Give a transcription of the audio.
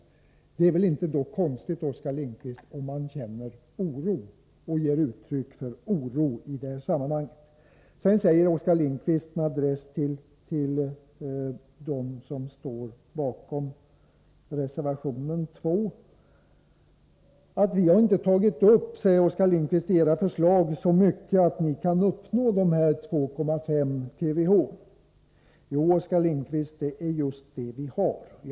Då är det väl inte konstigt om man känner oro och ger uttryck för det? Oskar Lindkvist säger, med adress till oss som står bakom reservation 2, att vi inte har kommit med tillräckliga förslag för att uppnå dessa 2,5 TWh. Jo, det är just vad vi har gjort.